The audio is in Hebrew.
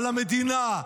על המדינה,